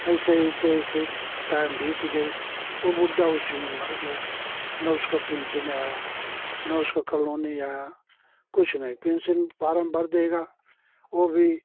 ऐसे ऐसे ऐसे टाइम बीत गई वो बुड्ढा उसी में मर गया ना उसको पिंसिन आया ना उसको कलोनी आया कुछ नहीं पिंसिन फार्म भर देगा वो भी